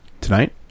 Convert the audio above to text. tonight